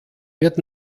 wird